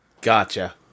Gotcha